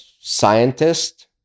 scientist